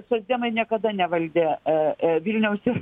socdemai niekada nevaldė a vilniaus